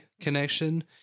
connection